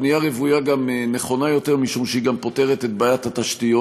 בנייה רוויה גם נכונה יותר משום שהיא גם פותרת את בעיית התשתיות.